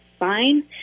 fine